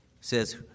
says